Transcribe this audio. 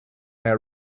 our